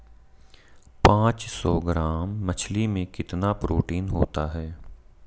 पांच सौ ग्राम मछली में कितना प्रोटीन होता है?